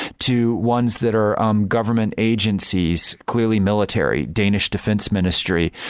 to ones that are um government agencies clearly military, danish defense ministry.